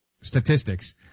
statistics